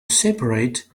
separate